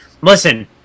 Listen